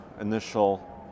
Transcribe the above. initial